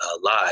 Live